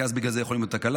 כי אז יכולות להיות תקלות.